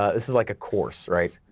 this is like a course, right,